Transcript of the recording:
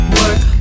work